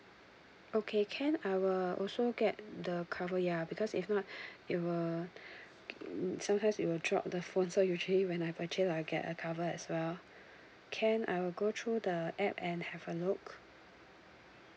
okay can I will also get the cover ya because if not it will mm sometimes you will drop the phone so usually when I purchase I will get a cover as well can I will go through the app and have a look